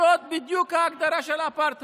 זאת בדיוק ההגדרה של האפרטהייד.